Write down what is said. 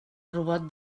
robot